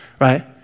Right